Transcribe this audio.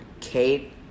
Kate